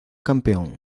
campeón